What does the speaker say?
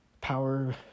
power